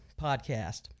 podcast